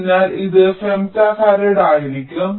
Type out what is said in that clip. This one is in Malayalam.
അതിനാൽ ഇത് 3 ഫെംറ്റോഫാരഡ് ആയിരിക്കും